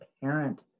parent